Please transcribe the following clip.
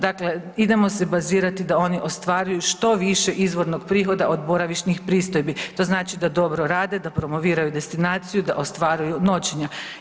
Dakle, idemo se bazirati da oni ostvaruju što više izvornog prihoda od boravišnih pristojbi, to znači da dobro rade, da promoviraju destinaciju, da ostvaruju noćenja.